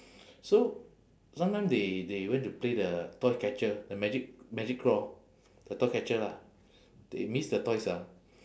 so sometime they they went to play the toy catcher the magic magic claw the toy catcher lah they miss the toys ah